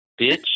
Bitch